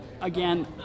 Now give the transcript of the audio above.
again